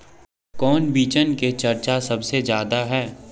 कौन बिचन के चर्चा सबसे ज्यादा है?